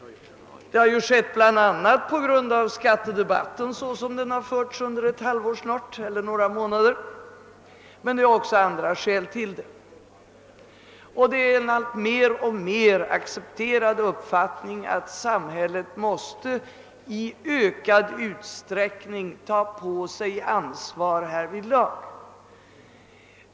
Det har ju skett bl.a. på grund av skattedebatten, såsom den har förts under några månader, men det finns också andra skäl till det. Det är en mer och mer accepterad uppfattning att samhället måste i ökad ut sträckning ta på sig ansvaret härvidlag.